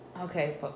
Okay